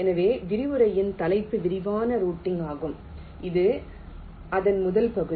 எனவே விரிவுரையின் தலைப்பு விரிவான ரூட்டிங் ஆகும் இது அதன் முதல் பகுதி